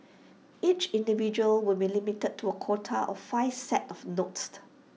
each individual will be limited to A quota of five sets of notes